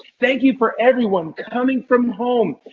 thank you for everyone coming from home.